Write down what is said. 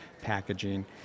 packaging